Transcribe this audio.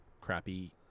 crappy